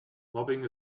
mobbing